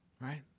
Right